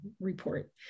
report